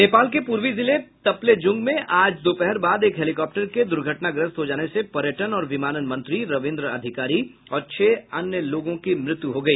नेपाल के पूर्वी जिले तप्लेज़ुंग में आज दोपहर बाद एक हेलिकॉप्टर के द्र्घटनाग्रस्त हो जाने से पर्यटन और विमानन मंत्री रविन्द्र अधिकारी और छह अन्य लोगों की मृत्यु हो गई